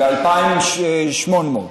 ב-2,800.